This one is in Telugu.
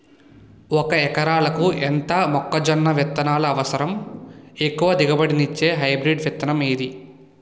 ఒక ఎకరాలకు ఎంత మొక్కజొన్న విత్తనాలు అవసరం? ఎక్కువ దిగుబడి ఇచ్చే హైబ్రిడ్ విత్తనం ఏది?